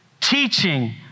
teaching